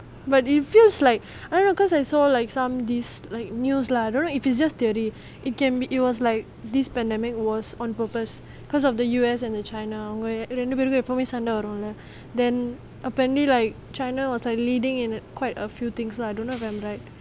but it feels like I don't know because I saw like some this like news lah don't know if it's just theory it can it was like this pandemic was on purpose because of the U_S and the china where அவங்க ரெண்டு பேருக்கும் எப்போமே சண்டை வரும்:avanga rendu perukum eppomae sanda varum lah then apparently like china was like leading in quite a few things lah don't if I'm right